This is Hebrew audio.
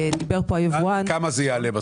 שדיבר כאן היבואן --- בסוף כמה זה יעלה?